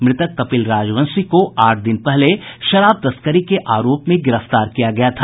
मृतक कपिल राजवंशी को आठ दिन पहले शराब तस्करी के आरोप में गिरफ्तार किया गया था